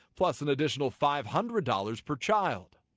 plus an additional five hundred dollars per child.